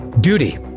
duty